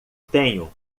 tenho